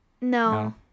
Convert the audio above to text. no